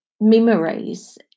memories